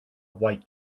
white